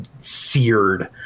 seared